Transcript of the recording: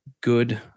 good